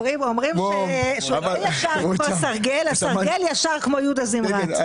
אומרים שסרגל ישר כמו יהודה זמרת...